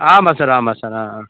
ஆமாம் சார் ஆமாம் சார் ஆ ஆ